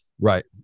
Right